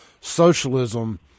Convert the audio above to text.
socialism